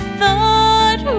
thought